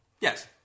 Yes